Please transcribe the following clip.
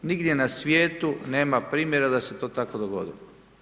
Nigdje na svijetu nema primjera da se to tako dogodilo.